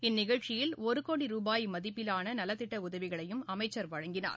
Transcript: இந்நிகழ்ச்சியில் ஒரு கோடி ரூபாய் மதிப்பிலான நலத்திட்ட உதவிகளையும் அமைச்சர் வழங்கினார்